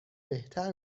بهتر